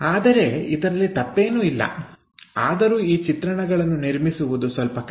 ಆದರೆ ಇದರಲ್ಲಿ ತಪ್ಪೇನೂ ಇಲ್ಲ ಆದರೂ ಈ ಚಿತ್ರಣಗಳನ್ನು ನಿರ್ಮಿಸುವುದು ಸ್ವಲ್ಪ ಕಷ್ಟ